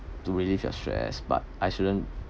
to relieve your stress but I shouldn't